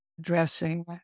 dressing